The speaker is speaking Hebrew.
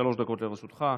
שלוש דקות לרשותך.